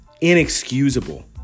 inexcusable